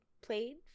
played